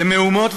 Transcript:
למהומות,